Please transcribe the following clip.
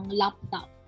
laptop